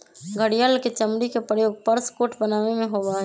घड़ियाल के चमड़ी के प्रयोग पर्स कोट बनावे में होबा हई